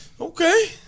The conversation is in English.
Okay